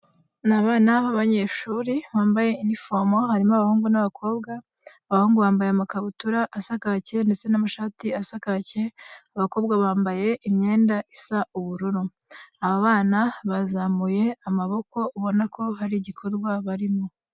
Ni abana b'abanyeshuri bambaye inifomo, harimo abahungu n'abakobwa. Abahungu bambaye amakabutura asa kake ndetse n'amashati asa kake. Abakobwa bambaye imyenda isa ubururu. Aba bana bazamuye amaboko, ubona ko hari igikorwa barimo.